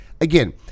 Again